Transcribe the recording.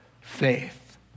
faith